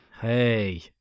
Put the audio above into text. hey